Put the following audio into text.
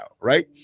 right